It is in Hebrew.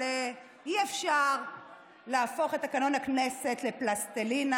אבל אי-אפשר להפוך את תקנון הכנסת לפלסטלינה,